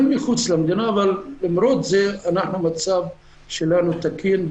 מחוץ למדינה למרות זאת המצב שלנו תקין,